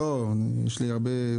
לא, יש לי הרבה.